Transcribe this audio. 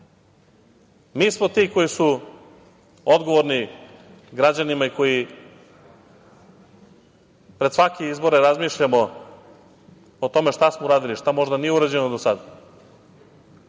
smo ti koji su odgovorni građanima i koji pred svake izbore razmišljamo o tome šta smo uradili, šta možda nije urađeno do sada.